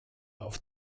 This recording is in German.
auf